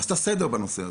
עשתה סדר בנושא הזה.